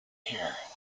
here